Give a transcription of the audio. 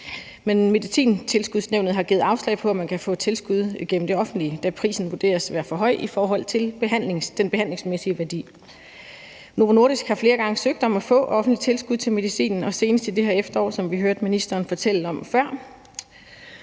Medicintilskudsnævnet har givet afslag på, at man kan få tilskud gennem det offentlige, da prisen vurderes at være for høj i forhold til den behandlingsmæssige værdi. Novo Nordisk har flere gange søgt om at få offentligt tilskud til medicinen og senest i det her efterår, som vi hørte ministeren fortælle om før.